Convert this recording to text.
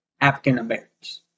African-Americans